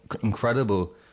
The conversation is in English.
incredible